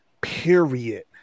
Period